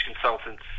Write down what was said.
consultants